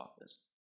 office